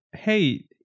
Hey